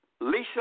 Lisa